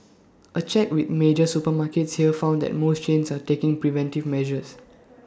A check with major supermarkets here found that most chains are taking preventive measures